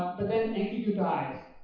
but then, enkidu dies.